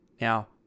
Now